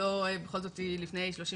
בכל זאת היא לפני 30 שנה,